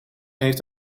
heeft